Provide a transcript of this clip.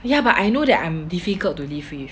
ya but I know that I'm difficult to live with